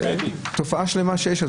תופעה שמתרחשת,